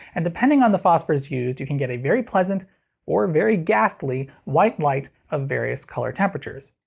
and depending on the phosphors used you can get a very pleasant or very ghastly white light of various color temperatures.